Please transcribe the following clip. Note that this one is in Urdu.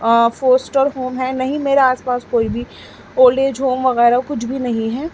فورسٹر ہوم ہے نہیں میرے آس پاس کوئی بھی اولڈ ایج ہوم وغیرہ کچھ بھی نہیں ہے